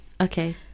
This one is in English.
Okay